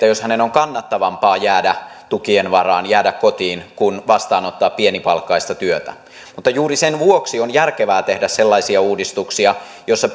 jos hänen on kannattavampaa jäädä tukien varaan jäädä kotiin kuin vastaanottaa pienipalkkaista työtä mutta juuri sen vuoksi on järkevää tehdä sellaisia uudistuksia joissa